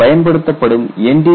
இது பயன்படுத்தப்படும் என்